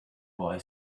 boy